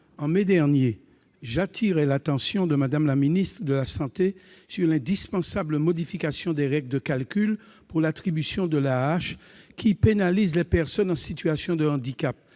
de mai dernier, j'attirais l'attention de Mme la ministre des solidarités et de la santé sur l'indispensable modification des règles de calcul pour l'attribution de l'AAH, qui pénalisent les personnes en situation de handicap